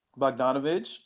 Bogdanovich